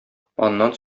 аннан